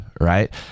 right